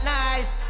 nice